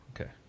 Okay